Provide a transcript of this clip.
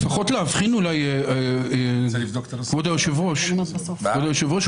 כבוד היושב-ראש,